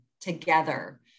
together